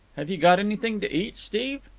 have you got anything to eat, steve?